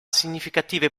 significative